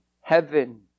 heaven